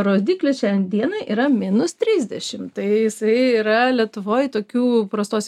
rodiklis šiandien dienai yra minus trisdešimt tai jisai yra lietuvoj tokių prastos